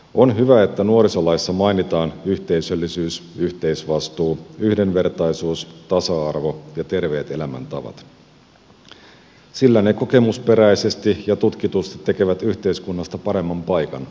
on hyvä että nuorisolaissa mainitaan yhteisöllisyys yhteisvastuu yhdenvertaisuus tasa arvo ja terveet elämäntavat sillä ne kokemusperäisesti ja tutkitusti tekevät yhteiskunnasta paremman paikan asukkailleen